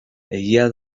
egia